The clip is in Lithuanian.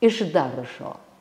iš daržo